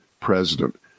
president